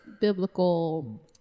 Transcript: biblical